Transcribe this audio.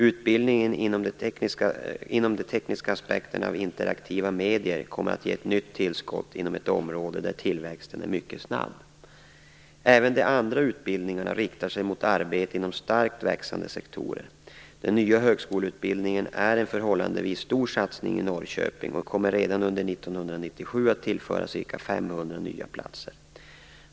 Utbildningen inom de tekniska aspekterna av interaktiva medier kommer att ge ett nytt tillskott inom ett område där tillväxten är mycket snabb. Även de andra utbildningarna riktar sig mot arbete inom starkt växande sektorer. Den nya högskoleutbildningen är en förhållandevis stor satsning i Norrköping och kommer redan under 1997 att tillföra ca 500 nya platser.